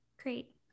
Great